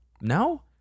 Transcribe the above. No